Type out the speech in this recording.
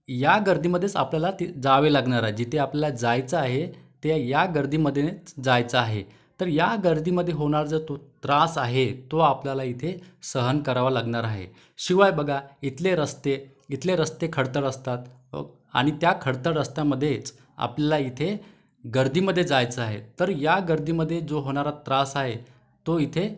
या गर्दीमध्येच आपल्याला ते जावे लागणार आहे जिथे आपल्या जायचं आहे ते या गर्दीमध्ये जायचं आहे तर या गर्दीमध्ये होणार जो तो त्रास आहे तो आपल्याला इथे सहन करावा लागणार आहे शिवाय बघा इथले रस्ते इथले रस्ते खडतर असतात आणि त्या खडतर रस्त्यामध्येच आपल्याला इथे गर्दीमध्ये जायचं आहे तर या गर्दीमध्ये जो होणारा त्रास आहे तो इथे